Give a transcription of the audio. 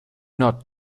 not